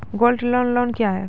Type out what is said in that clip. Gold loan loan क्या हैं?